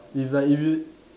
it's like if you